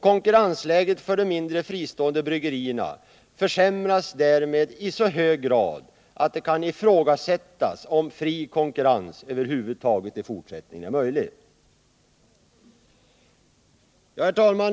Konkurrensläget för de mindre, fristående bryggerierna försämras därmed i så hög grad att det kan ifrågasättas om fri konkurrens över huvud taget i fortsättningen är möjlig. Herr talman!